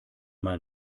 mal